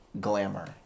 glamour